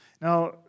Now